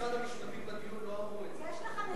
אנשי משרד המשפטים לא אמרו את זה בדיון.